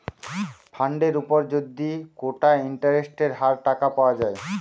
ফান্ডের উপর যদি কোটা ইন্টারেস্টের হার টাকা পাওয়া যায়